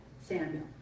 Samuel